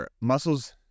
muscle's